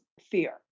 fear